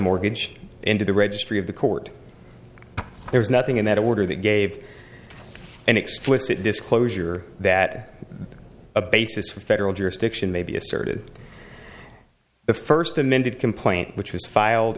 mortgage into the registry of the court there was nothing in that order that gave an explicit disclosure that a basis for federal jurisdiction may be asserted the first amended complaint which was filed